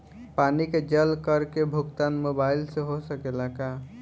पानी के जल कर के भुगतान मोबाइल से हो सकेला का?